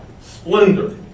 splendor